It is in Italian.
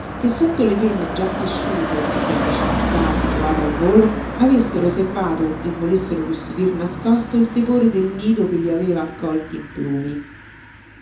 che sotto le penne già cresciute e per necessità abituate al volo avessero serbato e volessero custodir nascosto il tepore del nido che li aveva accolti implumi